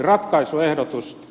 ratkaisuehdotus